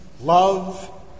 love